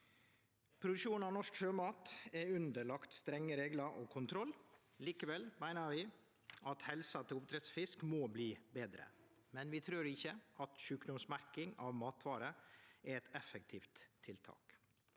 Produksjonen av norsk sjømat er underlagd strenge reglar og kontroll. Likevel meiner vi at helsa til oppdrettsfisk må bli betre, men vi trur ikkje at sjukdomsmerking av matvarer er eit effektivt tiltak.